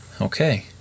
Okay